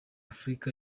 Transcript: afurika